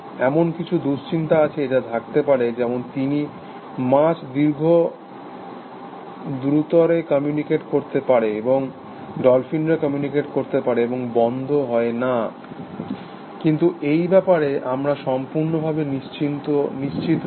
এমন কিছু দুশ্চিন্তা আছে যা থাকতে পারে যেমন তিমি মাছ দীর্ঘ দূরত্বে কমিউনিকেট করতে পারে এবং ডলফিনরা কমিউনিকেট করতে পারে এবং বন্ধ হয় না কিন্তু এই ব্যাপারে আমরা সম্পূর্ণভাবে নিশ্চিত নই